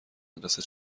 مدرسه